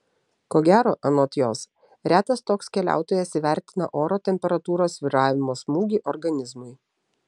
ko gero anot jos retas toks keliautojas įvertina oro temperatūros svyravimo smūgį organizmui